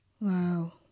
wow